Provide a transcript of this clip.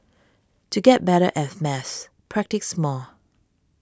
to get better as maths practise more